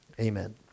amen